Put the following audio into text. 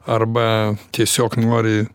arba tiesiog nori